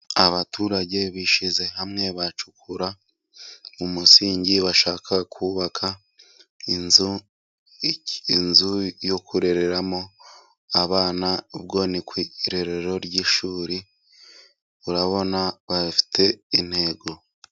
Abaturage bishyize hamwe bacukura umusingi, bashaka kubaka inzu. Inzu yo kurereramo abana; ubwo ni ku irerero ry'ishuri. Urabona bafite intego.